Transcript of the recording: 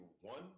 one